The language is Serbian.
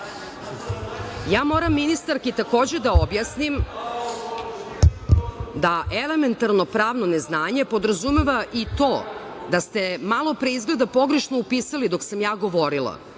želja. Moram ministarki takođe da objasnim da elementarno pravno neznanje podrazumeva i to da ste malopre izgleda pogrešno upisali dok sam govorila,